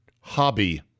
hobby